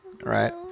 right